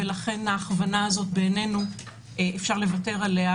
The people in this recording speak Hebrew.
לכן ההכוונה הזאת בעינינו אפשר לוותר עליה